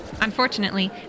Unfortunately